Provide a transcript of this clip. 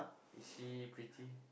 is she pretty